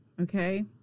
okay